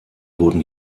wurden